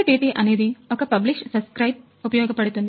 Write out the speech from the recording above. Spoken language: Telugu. MQTT అనేది ఒక publish subscribe ఉపయోగపడుతుంది